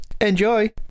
Enjoy